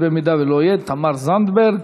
אם הוא לא יהיה, תמר זנדברג.